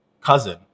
cousin